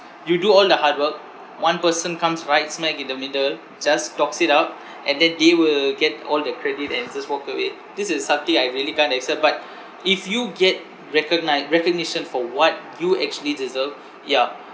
you do all the hard work one person comes right smack in the middle just stalks it up and then they will get all the credit and just walk away this is something I really can't accept but if you get recogni~ recognition for what you actually deserve ya